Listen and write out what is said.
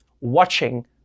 watching